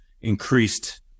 increased